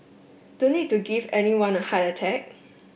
don't need to give anyone a heart attack